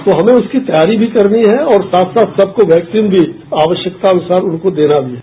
तो हमें उसकी तैयारी भी करनी है और साथ साथ सबको वैक्सीन भी आवश्यकतानुसार उनको देना भी है